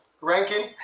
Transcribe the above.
ranking